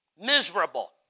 miserable